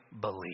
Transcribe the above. believe